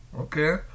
Okay